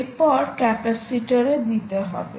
এরপর ক্যাপাসিটরে দিতে হবে